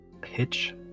Pitch